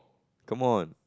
come on